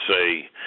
say